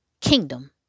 kingdom